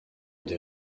des